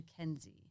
McKenzie